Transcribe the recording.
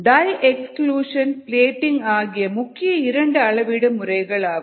tie exclusion plating ஆகிய முக்கிய 2 அளவீடு முறைகளாகும்